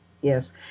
Yes